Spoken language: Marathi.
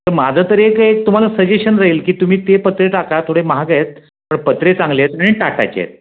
तर माझं तर एक एक तुम्हाला सजेशन राहील की तुम्ही ते पत्रे टाका थोडे महाग आहेत पण पत्रे चांगले आहेत आणि टाटाचे आहेत